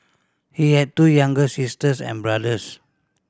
he had two younger sisters and brothers